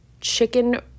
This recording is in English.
chicken